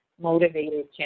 motivated